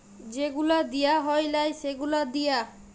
যে গুলা দিঁয়া হ্যয় লায় সে গুলা দিঁয়া